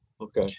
Okay